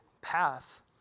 path